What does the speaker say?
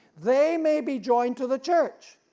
they may be joined to the church,